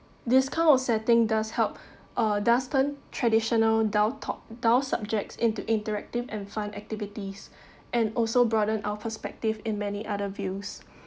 this kind of setting does help uh dusten traditional dwell top dwell subjects into interactive and fun activities and also broaden our perspective in many other views